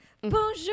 Bonjour